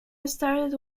started